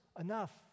enough